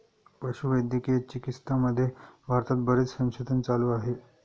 पशुवैद्यकीय चिकित्सामध्ये भारतात बरेच संशोधन चालू आहे